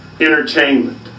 entertainment